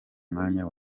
mwanya